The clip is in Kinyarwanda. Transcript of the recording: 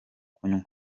kunywa